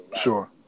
Sure